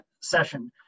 session